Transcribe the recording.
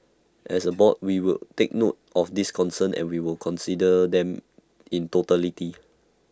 as A board we would take note of these concerns and will consider them in totality